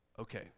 Okay